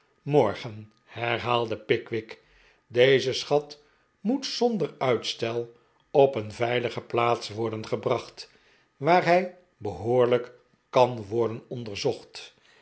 morgen herhaalde pickwick deze schat moet zonder uitstef op een veilige plaats worden gebracht waar hij behoorlijk kan worden onderzocht